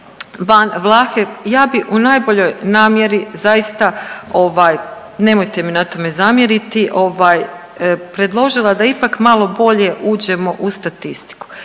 Ban Vlahek, ja bi u najboljoj namjeri zaista, nemojte mi na tome zamjeriti, predložila da ipak malo bolje uđemo u statistiku.